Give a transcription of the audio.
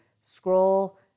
scroll